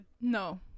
No